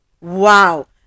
wow